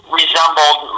resembled